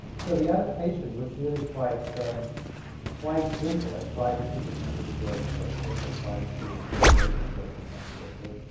so the adaptation was really quite quite simple. i tried to keep as much of the joyce as i could. i tried to embrace the joyce as much as i could.